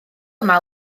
yma